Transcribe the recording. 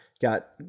got